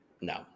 No